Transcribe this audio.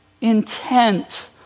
intent